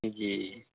جی